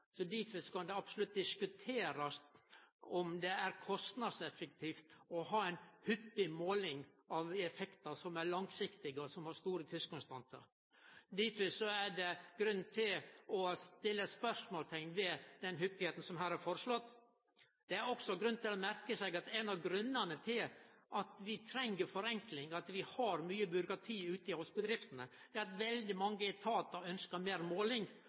så er det den langsiktige effekten vi ønskjer å oppnå med innsparingstiltaka, med forenklingsarbeidet. Difor kan det diskuterast om det er kostnadseffektivt å ha ei hyppig måling av effektar som er langsiktige og som har store tidskostnader. Difor er det grunn til å stille spørsmål ved den hyppigheita som her er foreslått. Det er også grunn til å merke seg at ein av grunnane til at vi treng forenkling, at vi har mye byråkrati ute hos bedriftene, er at veldig mange etatar ønskjer meir måling.